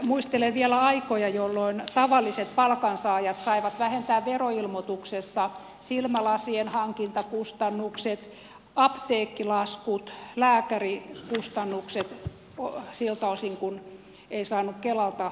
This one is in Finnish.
muistelen vielä aikoja jolloin tavalliset palkansaajat saivat vähentää veroilmoituksessa silmälasien hankintakustannukset apteekkilaskut lääkärikustannukset siltä osin kuin ei saanut kelalta palautuksia